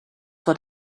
what